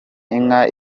inka